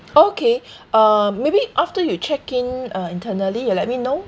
okay uh maybe after you check in err internally you let me know